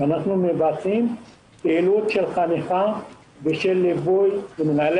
אנחנו עושים פעילות של חניכה ושל ליווי למנהלי